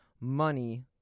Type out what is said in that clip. money